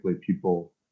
people